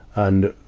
and,